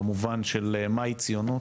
במובן של מהי ציונות,